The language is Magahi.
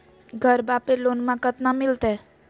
घरबा पे लोनमा कतना मिलते?